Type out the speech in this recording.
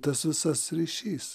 tas visas ryšys